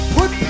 Put